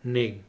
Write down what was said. neen